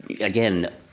Again